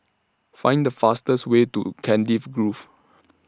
Find The fastest Way to Cardiff Grove